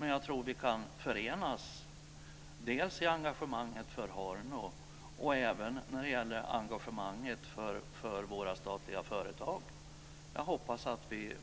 Jag tror dock att vi kan förenas dels i engagemanget för Horno, dels i engagemanget för våra statliga företag. Jag hoppas att vi